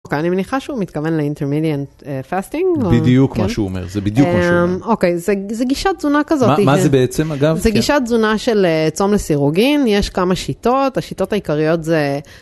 אוקיי, אני מניחה שהוא מתכוון ל-intermediate fasting? בדיוק מה שהוא אומר, זה בדיוק מה שהוא אומר. אוקיי, זה גישת תזונה כזאת. מה זה בעצם אגב? זה גישת תזונה של צום לסירוגין, יש כמה שיטות, השיטות העיקריות זה...